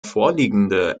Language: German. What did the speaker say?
vorliegende